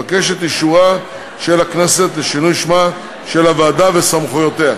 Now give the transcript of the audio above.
אבקש את אישורה של הכנסת לשינוי שמה של הוועדה וסמכויותיה.